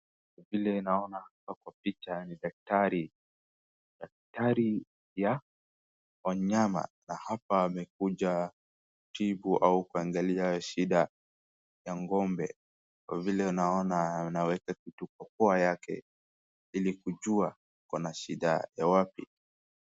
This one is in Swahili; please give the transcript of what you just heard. Vile naona hapa picha ni daktari daktari ya wanyama na hapa amekuja atibu au kuangalia shida ya ng'ombe vile naona anaweka kituko kwa yake ili kujua kuna shida ya wapi